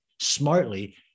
smartly